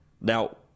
Now